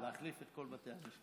להחליף את כל בתי המשפט.